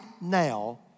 now